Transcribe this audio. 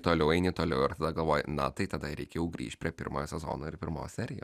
toliau eini toliau ir tada galvoji na tai tada reikia jau grįšt prie pirmojo sezono ir pirmos serijos